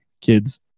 kids